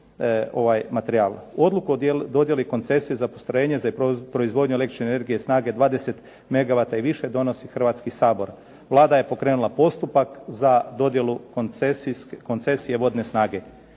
ovaj materijal. Odluku o dodjeli koncesije za postrojenje za proizvodnju električne energije snage 20 megavata i više donosi Hrvatski sabor. Vlada je pokrenula postupak za dodjelu koncesije vodne snage.